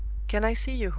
can i see you home?